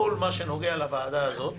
כל מה שנוגע לוועדה הזאת